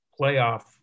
playoff